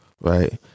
Right